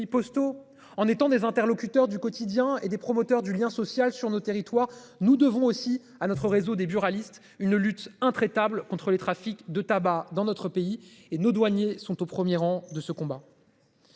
postaux en étant des interlocuteurs du quotidien et des promoteurs du lien social sur nos territoires. Nous devons aussi. À notre réseau des buralistes une lutte intraitable contre les trafics de tabac dans notre pays et nos douaniers sont au 1er rang de ce combat.